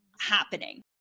happening